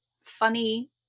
funny